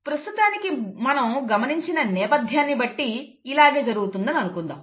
ప్రస్తుతానికి మనం గమనించిన నేపథ్యాన్ని బట్టి ఇలాగే జరుగుతుందని అనుకుందాం